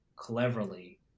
cleverly